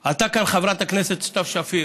עלתה כאן חברת הכנסת סתיו שפיר,